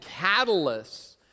catalysts